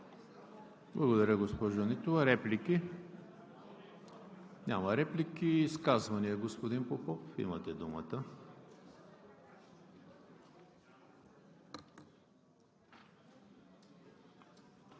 Благодаря, госпожо Нитова. Реплики? Няма. Изказвания? Господин Попов, имате думата.